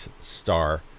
star